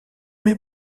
mes